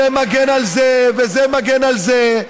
זה מגן על זה וזה מגן על זה.